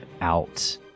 out